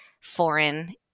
foreign